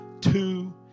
two